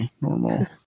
Normal